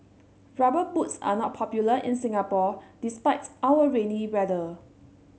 rubber boots are not popular in Singapore despite our rainy weather